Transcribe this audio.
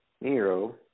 Nero